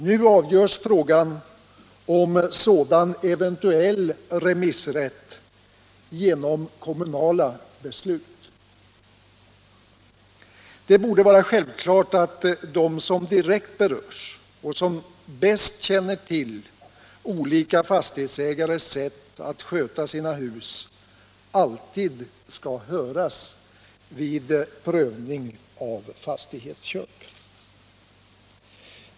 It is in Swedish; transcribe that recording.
Nu avgörs frågan om sådan eventuell remissrätt genom kommunala beslut. Det borde vara självklart att de som direkt berörs och som bäst känner till olika fastighetsägares sätt att sköta sina hus alltid skall höras vid prövning av fastighetsköp.